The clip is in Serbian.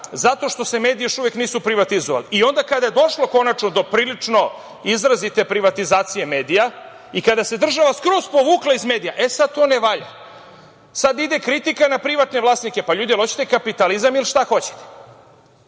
razloga što se mediji još uvek nisu privatizovali. Onda, kada je došlo konačno do prilično izrazite privatizacije medija, i kada se država skroz povukla iz medija, sada, to ne valja. Sada ide kritika na privatne vlasnike. Ljudi, jel, hoćete kapitalizam, ili šta hoćete.